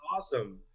awesome